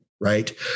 right